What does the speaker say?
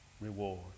reward